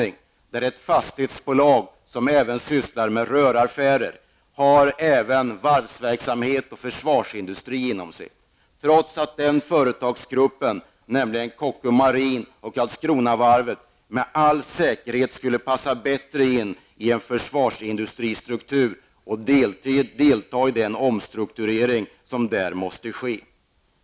Det är ett fastighetsbolag som även sysslar med röraffärer. Man har även varvsverksamhet och försvarsindustri inom sitt område, trots att den företagsgruppen, nämligen Kockum Marin och Karlskronavarvet med all säkerhet skulle passa bättre in i en försvarsindustristruktur och delta i den omstrukturering som där måste ske.